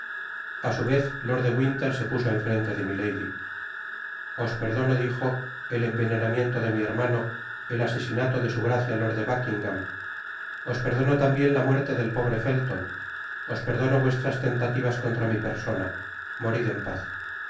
a su vez lord de winter se puso en frente de milady os perdono dijo el envenenamiento de mi hermano el asesinato de su gracia lord de buckingam os perdono tambien la muerte del pobre felton os perdono vuestras tentativas contra mi persona morid en paz y